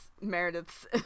Meredith's